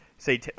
say